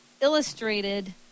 illustrated